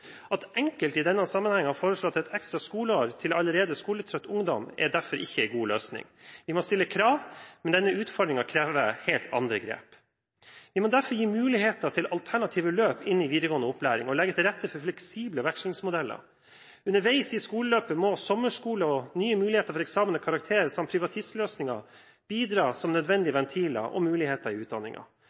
At enkelte i denne sammenheng har foreslått et ekstra skoleår til allerede skoletrøtt ungdom, er derfor ikke en god løsning. Vi må stille krav, men denne utfordringen krever helt andre grep. Vi må derfor gi muligheter til alternative løp inn i videregående opplæring og legge til rette for fleksible vekslingsmodeller. Underveis i skoleløpet må sommerskole og nye muligheter for eksamen og karakterer samt privatistløsninger bidra som nødvendige ventiler og muligheter i